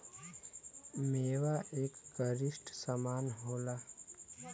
मेवा एक गरिश्ट समान होला